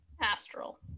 astral